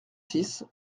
six